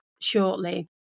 shortly